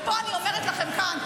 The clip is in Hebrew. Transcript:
אני אומרת כאן,